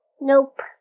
Nope